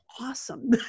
awesome